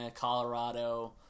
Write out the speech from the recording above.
Colorado